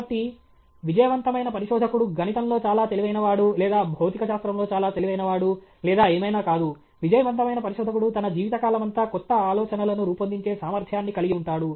కాబట్టి విజయవంతమైన పరిశోధకుడు గణితంలో చాలా తెలివైనవాడు లేదా భౌతిక శాస్త్రంలో చాలా తెలివైనవాడు లేదా ఏమైనా కాదు విజయవంతమైన పరిశోధకుడు తన జీవితకాలమంతా కొత్త ఆలోచనలను రూపొందించే సామర్థ్యాన్ని కలిగి ఉంటాడు